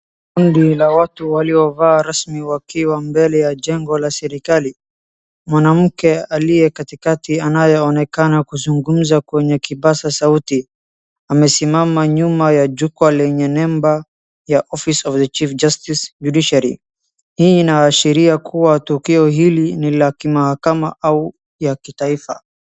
Ndani ya watu waliovaa rasmi wakiwa mbele ya jengo la serikali. Mwanamke aliye katikati anayeonekana kuzungumza kwenye kipasa sauti. Amesimama nyuma ya jukwa lenye nembo ya Office of the Chief Justice Judiciary . Hii inaashiria kuwa tukio hili ni la kimahakama au ya kitaifa.